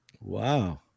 Wow